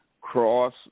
cross